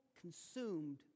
consumed